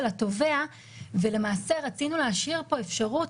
התובע ולמעשה רצינו להשאיר פה אפשרות,